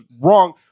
wrong